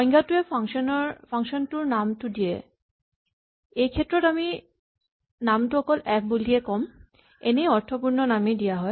সংজ্ঞাটোৱে function টোৰ নামটো দিয়ে এইক্ষেত্ৰত আমি নামটো অকল এফ বুলি ক'ম এনেয়ে অৰ্থপূৰ্ণ নামেই দিয়া হয়